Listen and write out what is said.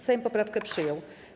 Sejm poprawkę przyjął.